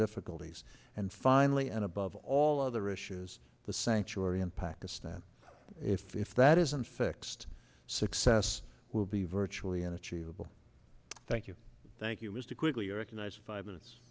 goldie's and finally and above all other issues the sanctuary in pakistan if that isn't fixed success will be virtually an achievable thank you thank you was to quickly recognise five minutes